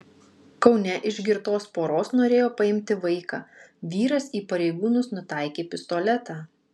kaune iš girtos poros norėjo paimti vaiką vyras į pareigūnus nutaikė pistoletą